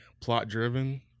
plot-driven